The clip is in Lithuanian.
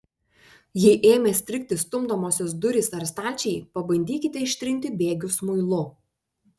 jei ėmė strigti stumdomosios durys ar stalčiai pabandykite ištrinti bėgius muilu